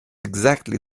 exactly